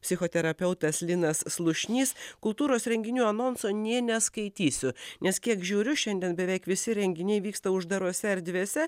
psichoterapeutas linas slušnys kultūros renginių anonso nė neskaitysiu nes kiek žiūriu šiandien beveik visi renginiai vyksta uždarose erdvėse